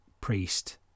priest